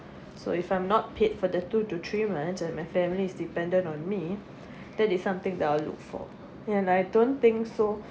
so if I'm not paid for the two to three months and my family is dependent on me that is something that I will look for and I don't think so